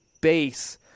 base